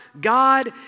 God